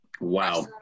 wow